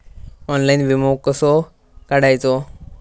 Online विमो कसो काढायचो?